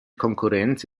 konkurrenz